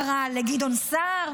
קרא לגדעון סער,